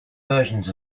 versions